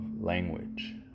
language